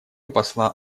посла